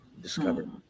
discovered